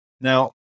Now